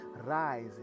rise